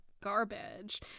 garbage